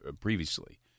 previously